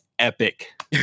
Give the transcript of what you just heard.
Epic